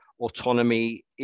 autonomy